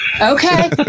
Okay